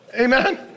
Amen